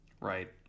right